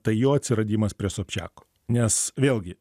tai jo atsiradimas prie sobčiako nes vėlgi